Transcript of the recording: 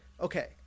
okay